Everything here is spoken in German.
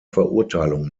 verurteilung